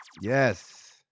Yes